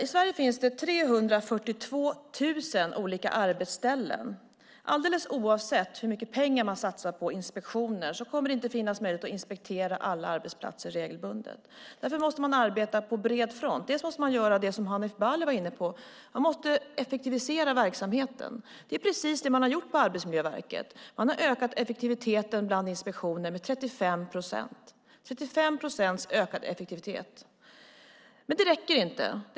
I Sverige finns det 342 000 olika arbetsställen. Alldeles oavsett hur mycket pengar man satsar på inspektioner kommer det inte att finnas möjlighet att inspektera alla arbetsplatser regelbundet. Därför måste man arbeta på bred front. Bland annat måste man göra det som Hanif Bali var inne på. Man måste effektivisera verksamheten. Det är precis det man har gjort på Arbetsmiljöverket. Man har ökat effektiviteten i fråga om inspektioner med 35 procent. Det är 35 procents ökad effektivitet. Men det räcker inte.